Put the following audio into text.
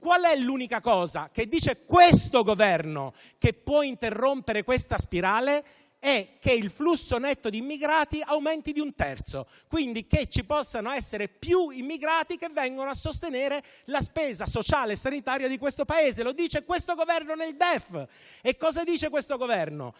qual è l'unica cosa che dice il Governo che può interrompere questa spirale? Il flusso netto di immigrati deve aumentare di un terzo, quindi ci possono essere più immigrati che vengono a sostenere la spesa sociale e sanitaria di questo Paese. Lo dice questo Governo nel DEF. E cosa dice ora il Governo?